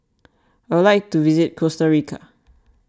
I would like to visit Costa Rica